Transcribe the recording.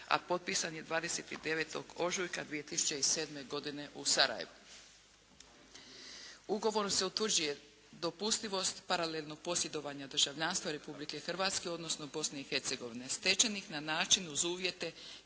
a potpisan je 29. ožujka 2007. godine u Sarajevu. Ugovorom se utvrđuje dopustivost paralelnog posjedovanja državljanstva Republike Hrvatske odnosno Bosne i Hercegovine stečenih na način uz uvjete